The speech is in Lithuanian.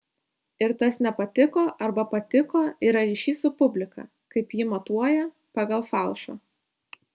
ir tas nepatiko arba patiko yra ryšys su publika kaip ji matuoja pagal falšą